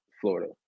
florida